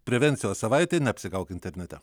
prevencijos savaitė neapsigauk internete